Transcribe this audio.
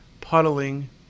puddling